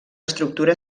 estructura